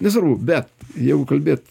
nesvarbu bet jeigu kalbėt